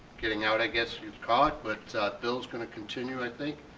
getting out i guess you've caught but bill's gonna continue, i think,